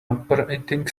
operating